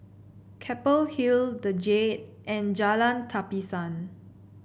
Keppel Hill the Jade and Jalan Tapisan